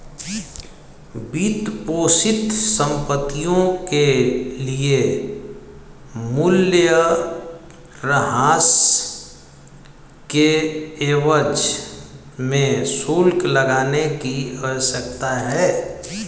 वित्तपोषित संपत्तियों के लिए मूल्यह्रास के एवज में शुल्क लगाने की आवश्यकता है